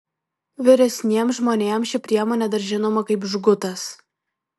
vyresniems žmonėms ši priemonė dar žinoma kaip žgutas